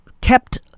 kept